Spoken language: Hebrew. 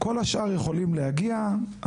כל השאר יכולים להגיע,